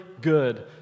good